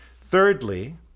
Thirdly